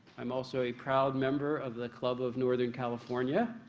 i'm also a proud member of the club of northern california.